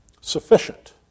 sufficient